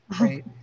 right